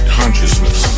consciousness